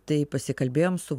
tai pasikalbėjom su